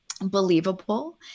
believable